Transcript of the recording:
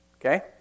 Okay